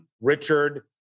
Richard